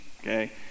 okay